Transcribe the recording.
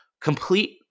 complete